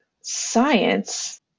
science